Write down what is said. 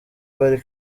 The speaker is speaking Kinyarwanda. bari